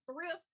thrift